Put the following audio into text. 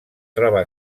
troba